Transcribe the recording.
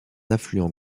affluent